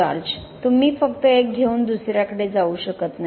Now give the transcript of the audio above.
George तुम्ही फक्त एक घेऊन दुसऱ्याकडे जाऊ शकत नाही